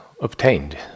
obtained